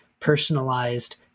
personalized